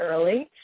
early.